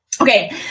Okay